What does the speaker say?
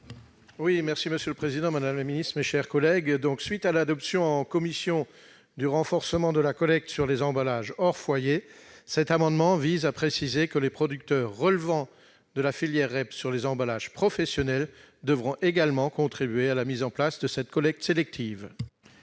suite à l'adoption en commission du renforcement de la collecte sur les emballages hors foyer, cet amendement vise à préciser que les producteurs relevant de la filière REP sur les emballages professionnels devront également contribuer à la mise en place de cette collecte sélective.